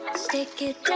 stick it